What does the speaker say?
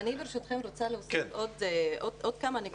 אני, ברשותכם, רוצה להוסיף עוד כמה נקודות.